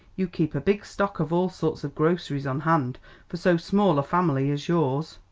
you keep a big stock of all sorts of groceries on hand for so small a family as yours.